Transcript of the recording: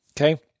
Okay